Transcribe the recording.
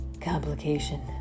complication